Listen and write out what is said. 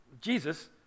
Jesus